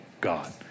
God